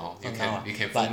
not now ah but